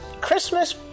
Christmas